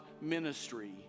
ministry